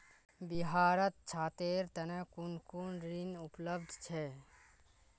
बिहारत छात्रेर तने कुन कुन ऋण उपलब्ध छे